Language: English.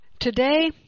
Today